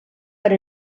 per